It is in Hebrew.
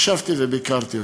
ביקרתי אותו,